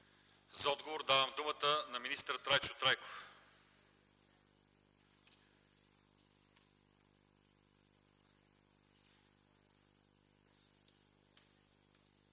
За отговор давам думата на министър Трайчо Трайков.